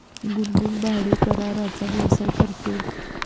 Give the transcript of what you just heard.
गुनगुन भाडेकराराचा व्यवसाय करते